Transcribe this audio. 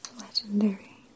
Legendary